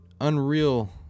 unreal